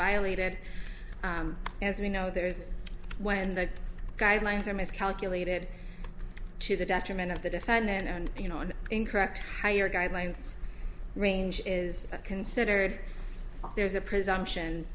violated as you know there is when the guidelines are miscalculated to the detriment of the defendant and the you know an incorrect higher guidelines range is considered there's a presumption